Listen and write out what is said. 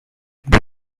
the